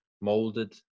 molded